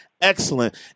excellent